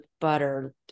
butter